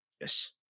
Yes